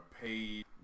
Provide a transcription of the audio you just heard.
paid